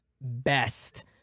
best